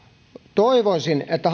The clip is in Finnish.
toivoisin että